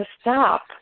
stop